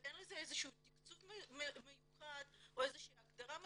ואין לזה תקצוב מיוחד או הגדרה מיוחדת.